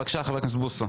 בבקשה, חבר הכנסת בוסו.